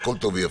הכול טוב ויפה.